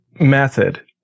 method